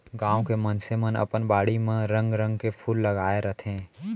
गॉंव के मनसे मन अपन बाड़ी म रंग रंग के फूल लगाय रथें